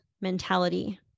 mentality